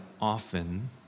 often